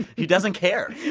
he doesn't care.